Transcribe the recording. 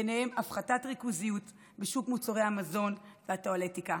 ובהם הפחתת ריכוזיות בשוק מוצרי המזון והטואלטיקה,